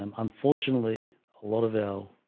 um unfortunately a lot of our